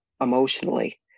emotionally